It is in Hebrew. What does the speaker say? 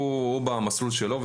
הוא במסלול שלו,